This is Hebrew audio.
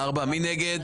מי נגד?